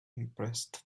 impressed